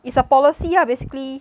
is a policy lah basically